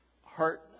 heart